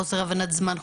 חוסר הבנת זמן,